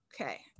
okay